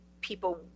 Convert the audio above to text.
people